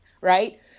Right